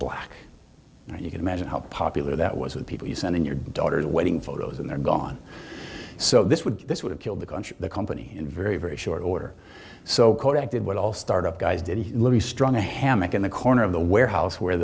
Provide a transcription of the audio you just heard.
imagine how popular that was with people you send in your daughter's wedding photos and they're gone so this would this would have killed the country the company and very very short order so co directed would all start up guys did a little strong a hammock in the corner of the warehouse where